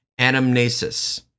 anamnesis